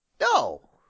No